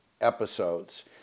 episodes